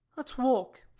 let's walk,